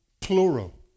plural